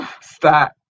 stop